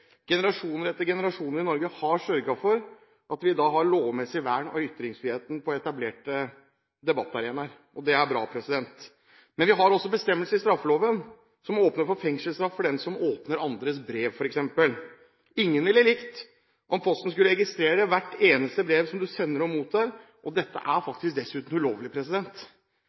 i Norge har sørget for at vi har lovmessig vern av ytringsfriheten på etablerte debattarenaer. Det er bra. Vi har også bestemmelser i straffeloven, som åpner for fengselsstraff for den som åpner andres brev, f.eks. Ingen ville likt om Posten skulle registrere hvert eneste brev du sender og mottar. Dette er dessuten faktisk ulovlig.